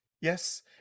yes